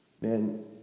man